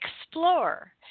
Explore